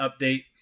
update